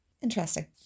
Interesting